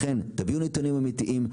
לכן תביאו נתונים אמיתיים,